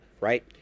right